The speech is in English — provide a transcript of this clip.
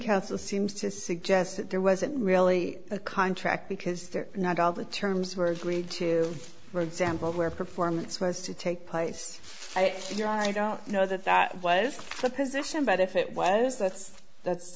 council seems to suggest that there wasn't really a contract because not all the terms were agreed to for example where performance was to take place here i don't know that that was the position but if it was that's that's